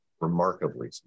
remarkably